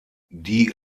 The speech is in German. die